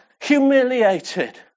humiliated